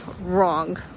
wrong